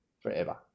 forever